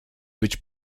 być